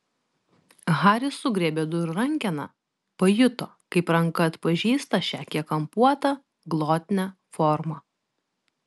haris sugriebė durų rankeną pajuto kaip ranka atpažįsta šią kiek kampuotą glotnią formą